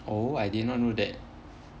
oh I did not know that